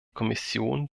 kommission